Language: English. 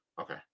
Okay